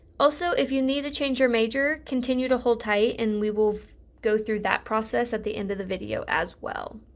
also if you need to change your major continue to hold tight and we will go through that process at the end of the video as well.